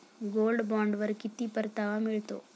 Gold बॉण्डवर किती परतावा मिळतो?